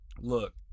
Look